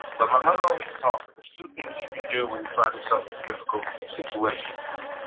but my mother always taught me there's two things you can do when we find ourselves in a difficult situation.